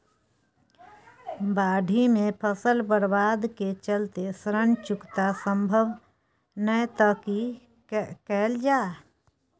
बाढि में फसल बर्बाद के चलते ऋण चुकता सम्भव नय त की कैल जा?